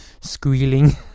squealing